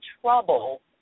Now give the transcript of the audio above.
trouble